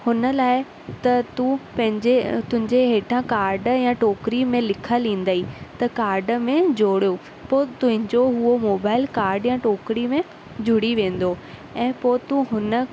हुन लाइ त तू पंहिंजे तुंहिंजे हेठा कार्ड या टोकरी में लिखियल ईंदई त कार्ड में जोड़ियो पोइ तुंहिंजो उहो मोबाइल कार्ड या टोकरीअ में जुड़ी वेंदो ऐं पोइ तू हुन